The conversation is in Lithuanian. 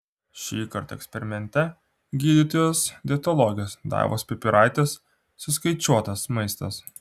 šįkart eksperimente gydytojos dietologės daivos pipiraitės suskaičiuotas maistas